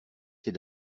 ces